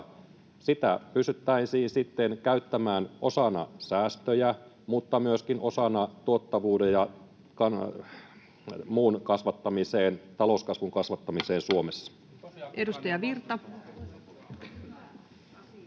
sitä pystyttäisiin sitten käyttämään osana säästöjä, mutta myöskin osana tuottavuuden ja muun kasvattamiseen, talouskasvun kasvattamiseen Suomessa. [Speech 68]